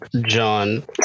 John